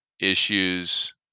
issues